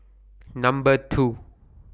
Number two